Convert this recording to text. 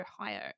Ohio